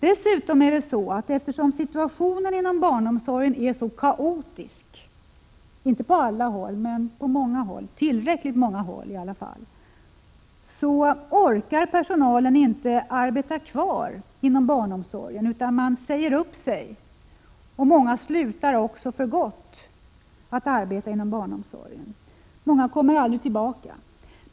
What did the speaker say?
Dessutom är det så att eftersom situationen inom barnomsorgen är så kaotisk på inte alla men tillräckligt många håll, orkar personalen inte arbeta kvar inom barnomsorgen utan säger upp sig. Många slutar för gott och kommer aldrig tillbaka till barnomsorgen.